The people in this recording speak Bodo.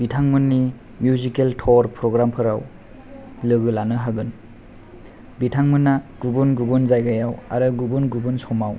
बिथांमोननि मिउजिकेल थर फग्रामफोराव लोगो लानो हागोन बिथांमोना गुबुन गुबुन जायगायाव आरो गुबुन गुबुन समाव